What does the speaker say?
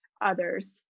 others